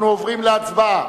אנחנו עוברים להצבעה.